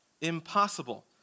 impossible